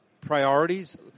priorities